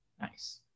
nice